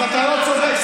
אז אתה לא צודק,